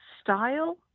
style